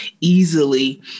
easily